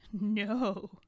No